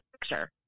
picture